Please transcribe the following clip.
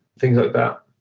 things like that.